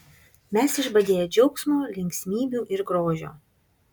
mes išbadėję džiaugsmo linksmybių ir grožio